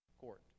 court